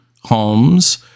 homes